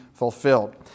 fulfilled